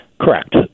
Correct